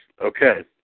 Okay